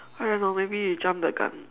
I don't know maybe you jumped the gun